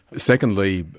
secondly,